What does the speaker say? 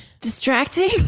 Distracting